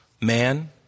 man